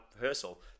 rehearsal